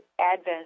advent